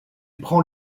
prend